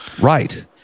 Right